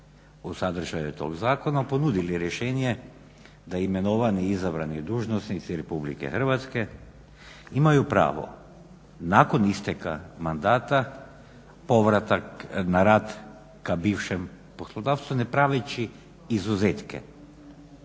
u sadržaju tog zakona ponudili rješenje da imenovani, izabrani dužnosnici Republike Hrvatske imaju pravo nakon isteka mandata povratak na rad ka bivšem poslodavcu ne praveći izuzetke